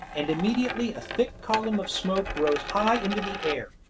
and immediately a thick column of smoke rose high into the air.